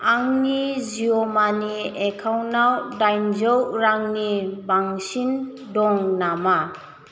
आंनि जिअ मानि एकाउन्टआव डाइनजौ रांनि बांसिन दं नामा